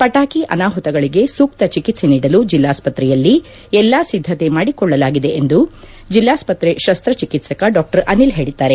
ಪಟಾಕಿ ಅನಾಹುತಗಳಿಗೆ ಸೂಕ್ತ ಚಿಕಿತ್ಸೆ ನೀಡಲು ಜಿಲ್ಲಾಸ್ಪತ್ರೆಯಲ್ಲಿ ಎಲ್ಲಾ ಸಿದ್ದತೆ ಮಾಡಿಕೊಳ್ಳಲಾಗಿದೆ ಎಂದು ಜಿಲ್ಲಾಸ್ಪತ್ರೆ ಶಸ್ತ್ರ ಚೆಕಿತ್ಸಕ ಡಾ ಅನಿಲ್ ಹೇಳಿದ್ದಾರೆ